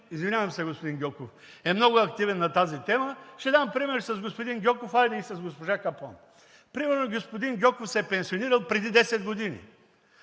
извинявам се, господин Гьоков, е много активен на тази тема, ще дам пример с него, хайде и с госпожа Капон. Примерно господин Гьоков се е пенсионирал преди 10 години.